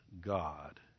God